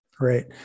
right